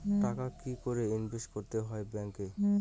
টাকা কি করে ইনভেস্ট করতে হয় ব্যাংক এ?